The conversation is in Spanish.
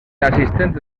asistente